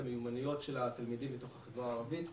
המיומנויות של התלמידים בתוך החברה הערבית,